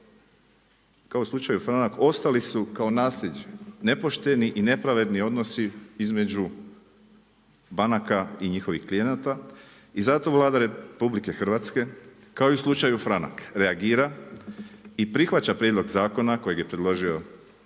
kao i u slučaju Franak, ostali su kao nasljeđe nepošteni i nepravedni odnosi između banaka i njihovih klijenata i zato Vlada RH kao i u slučaju Franak, reagira i prihvaća prijedlog zakona kojeg je predložio